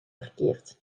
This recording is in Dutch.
verkeerd